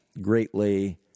greatly